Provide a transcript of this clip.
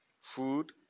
food